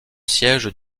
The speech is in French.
siège